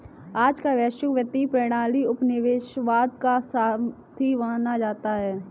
आज का वैश्विक वित्तीय प्रणाली उपनिवेशवाद का साथी माना जाता है